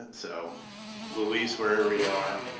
so luis, wherever you are,